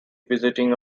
visiting